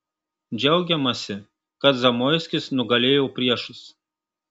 džiaugiamasi kad zamoiskis nugalėjo priešus